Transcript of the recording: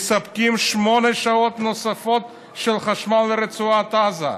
מספקים שמונה שעות נוספות של חשמל לרצועת עזה,